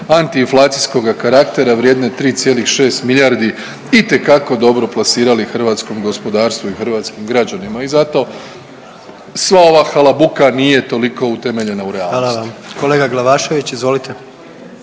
antiinflacijskoga karaktera vrijedne 3,6 milijardi itekako dobro plasirali hrvatskom gospodarstvu i hrvatskim građanima. I zato sva ova halabuka nije toliko utemeljena u realnosti. **Jandroković, Gordan (HDZ)** Hvala vam. Kolega Glavašević, izvolite.